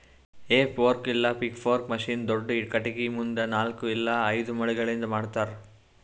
ಹೇ fork ಇಲ್ಲ pitchfork machine ದೊಡ್ದ ಖಟಗಿ ಮುಂದ ನಾಲ್ಕ್ ಇಲ್ಲ ಐದು ಮೊಳಿಗಳಿಂದ್ ಮಾಡ್ತರ